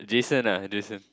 Jason ah Jason